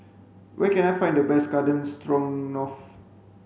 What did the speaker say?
where can I find the best Garden Stroganoff